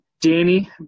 Danny